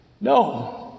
No